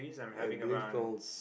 I blame strong